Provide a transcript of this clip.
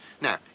Now